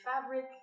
fabric